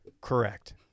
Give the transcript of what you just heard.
Correct